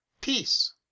peace